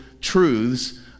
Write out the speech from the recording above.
truths